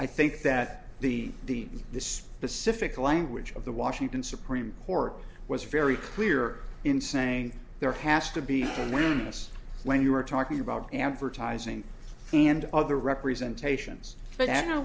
i think that the the the specific language of the washington supreme court was very clear in saying there has to be unwillingness when you are talking about advertising and other representation but i know